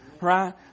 right